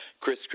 Chris